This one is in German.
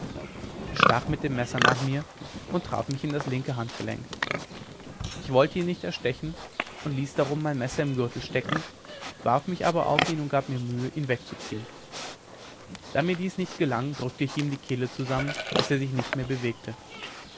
er stach mit dem messer nach mir und traf mich in das linke handgelenk ich wollte ihn nicht erstechen und ließ darum mein messer im gürtel stecken warf mich aber auf ihn und gab mir mühe ihn wegzuziehen da mir dies nicht gelang drückte ich ihm die kehle zusammen bis er sich nicht mehr bewegte